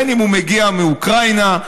בין שהוא מגיע מאוקראינה,